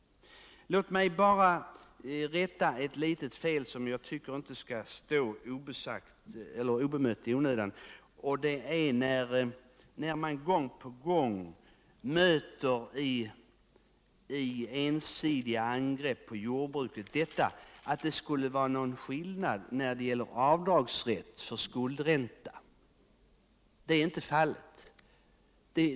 Lät mig bara rätta till en liten felaktighet som jag inte tycker bör få stå oemotsagd. Gång på gång möter man i ensidiga angrepp på jordbruket påståendet att det skulle finnas någon skillnad mellan olika kategorier i vårt land när det gäller rätten till avdrag för skuldränta. Så är inte fallet.